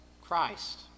Christ